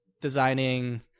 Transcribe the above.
designing